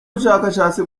bushakashatsi